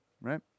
right